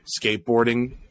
skateboarding